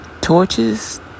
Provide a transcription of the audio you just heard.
torches